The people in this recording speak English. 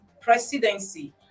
presidency